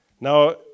now